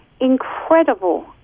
incredible